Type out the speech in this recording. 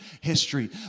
history